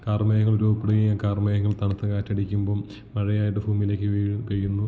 കാർമേഘങ്ങൾ രൂപപ്പെടുകയും കാർമേഘങ്ങൾ തണുത്ത കാറ്റടിക്കുമ്പം മഴയായിട്ട് ഭൂമിയിലേക്ക് പെയ്യുന്നു